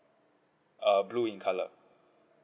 uh blue in colour